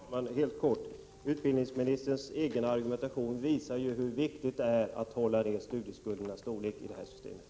Herr talman! Helt kort: Utbildningsministerns egen argumentation visar hur viktigt det är i det här systemet att hålla nere studieskuldernas storlek.